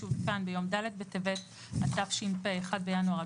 -- המעודכן באותו יום, לא שעודכן ב-1 בינואר,